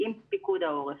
עם פיקוד העורף.